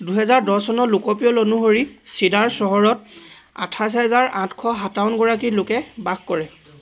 দুহেজাৰ দহ চনৰ লোকপিয়ল অনুসৰি চিডাৰ চহৰত আঠাইছ হাজাৰ আঠশ সাতাৱন গৰাকী লোকে বাস কৰে